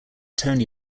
tony